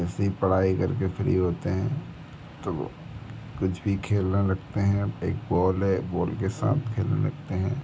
जैसे ही पढ़ाई करके फ़्री होते हैं तो वह कुछ भी खेलने लगते हैं एक बॉल है बॉल के साथ खेलने लगते हैं